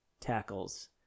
tackles